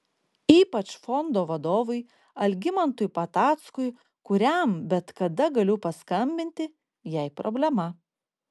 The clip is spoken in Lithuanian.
ypač fondo vadovui algimantui patackui kuriam bet kada galiu paskambinti jei problema